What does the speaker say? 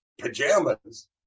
pajamas